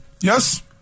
Yes